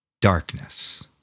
darkness